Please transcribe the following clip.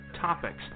topics